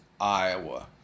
Iowa